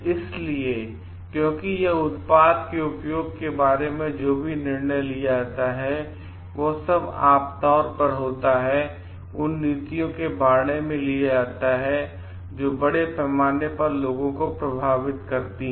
इसलिए क्योंकि यह उत्पाद के उपयोग के बारे में जो भी निर्णय लिया जाता है और यह सब आम तौर पर होता है उन नीतियों के बारे में लिया जाता है जो बड़े पैमाने पर लोगों को प्रभावित करती हैं